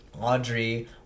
Audrey